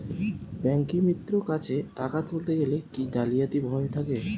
ব্যাঙ্কিমিত্র কাছে টাকা তুলতে গেলে কি জালিয়াতির ভয় থাকে?